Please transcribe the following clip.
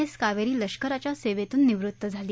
S Kaveri लष्कराच्या सेवेतून निवृत्त झाली